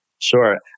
Sure